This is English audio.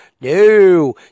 No